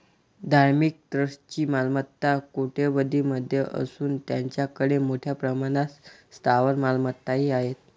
धार्मिक ट्रस्टची मालमत्ता कोट्यवधीं मध्ये असून त्यांच्याकडे मोठ्या प्रमाणात स्थावर मालमत्ताही आहेत